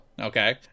okay